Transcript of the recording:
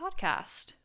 podcast